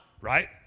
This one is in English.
Right